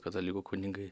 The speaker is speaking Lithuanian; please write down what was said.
katalikų kunigai